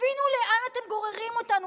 תבינו לאן אתם גוררים אותנו.